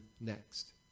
next